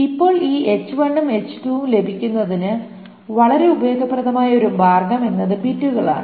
ഇപ്പോൾ ഈ ഉം ഉം ലഭിക്കുന്നതിന് വളരെ ഉപയോഗപ്രദമായ ഒരു മാർഗ്ഗം എന്നത് ബിറ്റുകളാണ്